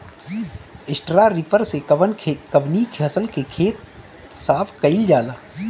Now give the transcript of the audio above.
Straw reaper से कवन कवनी फसल के खेत साफ कयील जाला?